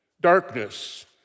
darkness